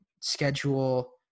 Schedule